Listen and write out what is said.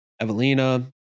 Evelina